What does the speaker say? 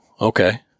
okay